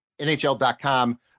nhl.com